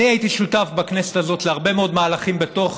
הייתי שותף בכנסת הזאת להרבה מאוד מהלכים בתוך